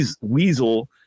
weasel